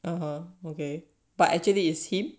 (uh huh) okay but actually it's him